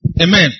Amen